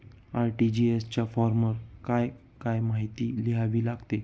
RTGS च्या फॉर्मवर काय काय माहिती लिहावी लागते?